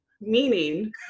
Meaning